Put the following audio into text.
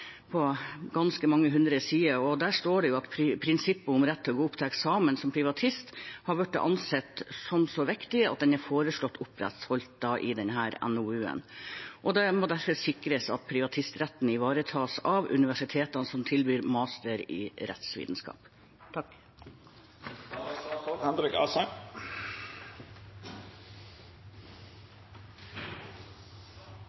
på ganske mange hundre sider, og der står det at prinsippet om rett til å gå opp til eksamen som privatist er blitt ansett som så viktig at det er foreslått opprettholdt. Det må derfor sikres at privatistretten ivaretas av universitetene som tilbyr master i rettsvitenskap. Det er helt riktig, som representanten Knutsdatter Strand også sa, at det er